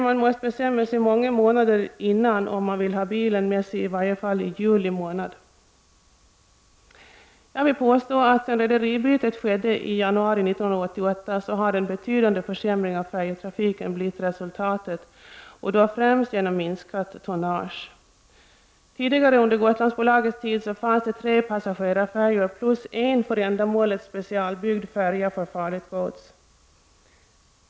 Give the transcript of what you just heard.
Man måste bestämma många månader i förväg om man skall ha bilen med sig — i varje fall i juli månad. Jag vill påstå att sedan det skedde ett byte av rederi i januari 1988 har en betydande försämring av färjetrafiken blivit resultatet — främst genom minskat tonnage. Tidigare under Gotlandsbolagets tid fanns det tre passagerarfärjor plus en för ändamålet specialbyggd färja för farligt gods.